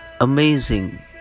amazing